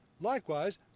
Likewise